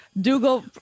Dougal